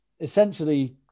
essentially